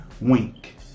Wink